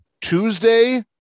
Tuesday